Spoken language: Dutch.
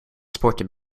sporten